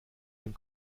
den